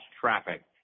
traffic